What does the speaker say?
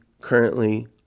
currently